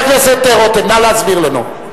חבר הכנסת רותם, נא להסביר לנו.